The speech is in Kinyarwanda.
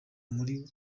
muri